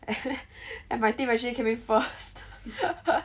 and my team actually came in first